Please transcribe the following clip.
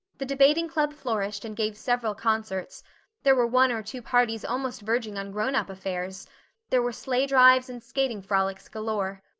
the debating club flourished and gave several concerts there were one or two parties almost verging on grown-up affairs there were sleigh drives and skating frolics galore.